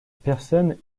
personne